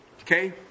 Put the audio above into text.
Okay